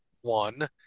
one